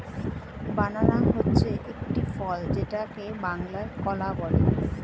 বানানা হচ্ছে একটি ফল যেটাকে বাংলায় কলা বলে